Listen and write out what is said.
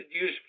use